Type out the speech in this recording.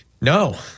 No